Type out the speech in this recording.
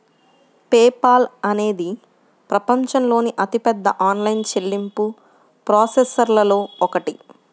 pay Paul అనేది ప్రపంచంలోని అతిపెద్ద ఆన్లైన్ చెల్లింపు ప్రాసెసర్లలో ఒకటి